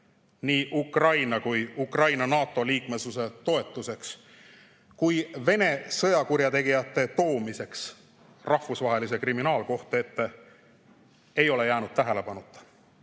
nii Ukraina kui ka Ukraina NATO-liikmesuse toetuseks, samuti Vene sõjakurjategijate toomiseks rahvusvahelise kriminaalkohtu ette ei ole jäänud tähelepanuta.